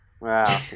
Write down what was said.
Wow